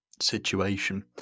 situation